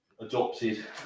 adopted